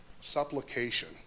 Supplication